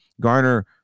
garner